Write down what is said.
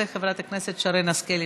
וחברת הכנסת שרן השכל,